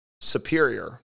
superior